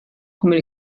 come